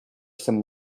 some